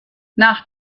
nach